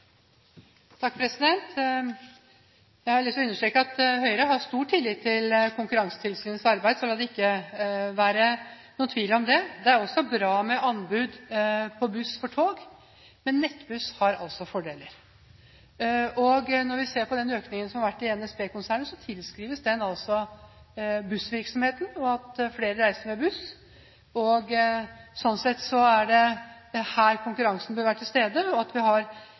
Jeg har lyst til å understreke at Høyre har stor tillit til Konkurransetilsynets arbeid – la det ikke være noen tvil om det. Det er også bra med anbud på buss for tog. Men Nettbuss har altså fordeler, og når vi ser på den økningen som har vært i NSB-konsernet, tilskrives den bussvirksomheten og det at flere reiser med buss. Sånn sett er det her konkurransen bør være til stede – og at